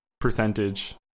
percentage